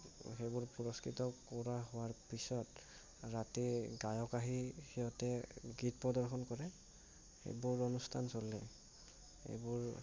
সেইবোৰ পুৰস্কৃত কৰা হোৱাৰ পিছত ৰাতি গায়ক আহি সিহঁতে গীত প্ৰদৰ্শন কৰে সেইবোৰ অনুস্থান চলে সেইবোৰ